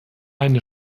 eine